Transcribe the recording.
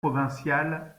provinciale